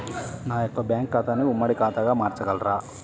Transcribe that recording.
నా యొక్క బ్యాంకు ఖాతాని ఉమ్మడి ఖాతాగా మార్చగలరా?